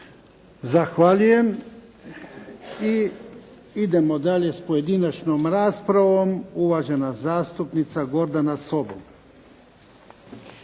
Zahvaljujem. I idemo dalje s pojedinačnom raspravom. Uvažena zastupnica Gordana Sobol.